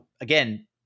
again